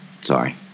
Sorry